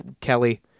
Kelly